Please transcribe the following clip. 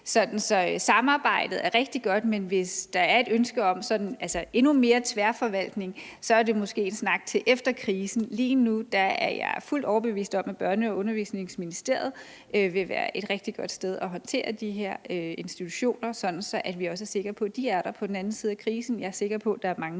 Så samarbejdet er rigtig godt, men hvis der er et ønske om sådan endnu mere tværforvaltning, er det måske en snak at tage efter krisen. Lige nu er jeg fuldt overbevist om, at Børne- og Undervisningsministeriet vil være et rigtig godt sted at håndtere de her institutioner, sådan at vi også er sikre på, at de er der på den anden side af krisen. Jeg er sikker på, at der er mange